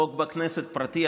חוק בכנסת פרטי,